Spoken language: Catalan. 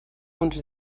uns